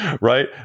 right